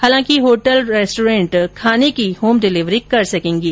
हालांकि hotel restaurant खाने की होम डिलिवरी कर सकेंगे